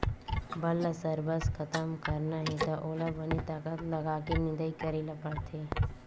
बन ल सरबस खतम करना हे त ओला बने ताकत लगाके निंदई करे ल परथे